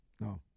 No